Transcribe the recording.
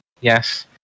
yes